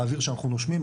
האויר שאנחנו נושמים,